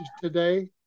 today